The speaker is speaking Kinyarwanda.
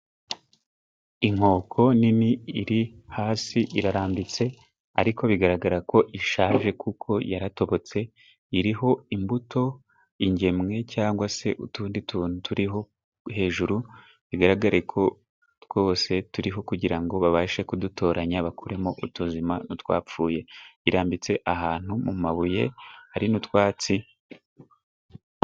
Inkoko nini iri hasi irarambitse, ariko bigaragara ko ishaje kuko yaratobotse. Iriho imbuto, ingemwe cyangwa se utundi tuntu turiho hejuru, bigaragare ko twose turiho kugira ngo babashe kudutoranya bakuremo utuzima, n'utwapfuye. Irambitse ahantu mu mabuye hari n'utwatsi.